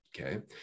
okay